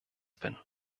bin